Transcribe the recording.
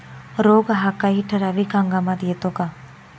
रोग हा काही ठराविक हंगामात येतो का?